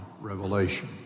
revelation